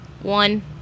One